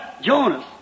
Jonas